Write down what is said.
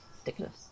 ridiculous